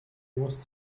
was